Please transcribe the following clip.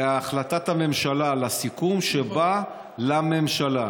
מחויבת להחלטת הממשלה, לסיכום שבא לממשלה.